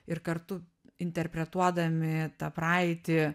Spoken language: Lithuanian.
ir kartu interpretuodami tą praeitį